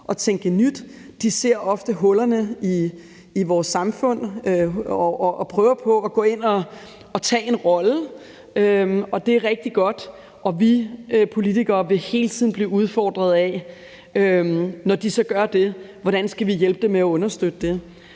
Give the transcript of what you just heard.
og tænke nyt. De ser ofte hullerne i vores samfund og prøver på at gå ind og tage en rolle på sig. Det er rigtig godt, og vi politikere vil hele tiden blive udfordret af, hvordan vi skal blive hjælpe med at understøtte dem,